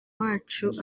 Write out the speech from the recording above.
wacu